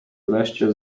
wreszcie